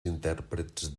intèrprets